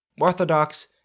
orthodox